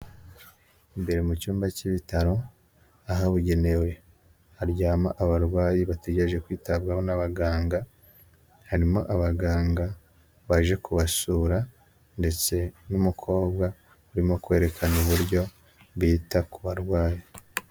Imbere mu cyumba cy'ibitaro ahabugenewe, haryama abarwayi bategereje kwitabwaho n'abaganga. Harimo abaganga baje kubasura ndetse n'umukobwa urimo kwerekana uburyo bita ku barwayi.